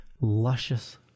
luscious